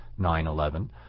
9-11